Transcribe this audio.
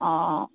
ਹਾਂ